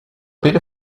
better